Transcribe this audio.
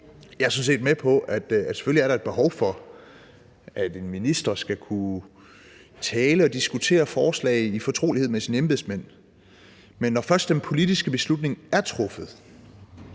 Jeg er sådan set med på, at der selvfølgelig er et behov for, at en minister skal kunne tale om og diskutere forslag i fortrolighed med sine embedsmænd, men når først den politiske beslutning er truffet,